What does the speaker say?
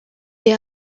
est